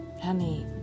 Honey